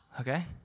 okay